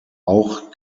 auch